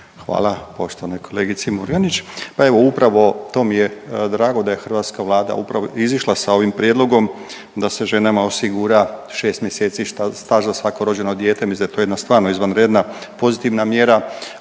Hvala poštovanoj kolegici Murganić. Pa evo upravo to mi je drago da je hrvatska Vlada izišla sa ovim prijedlogom da se ženama osigura 6 mjeseci staža za svako rođeno dijete, mislim da je to jedna stvarno izvanredna pozitivna mjera,